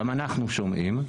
גם אנחנו שומעים.